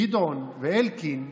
גדעון ואלקין,